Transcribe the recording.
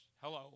hello